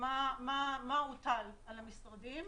מה הוטל על המשרדים.